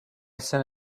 send